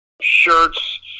Shirts